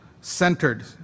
centered